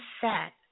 set